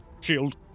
shield